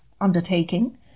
undertaking